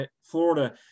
Florida